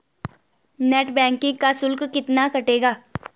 Net banking का शुल्क कितना कटेगा?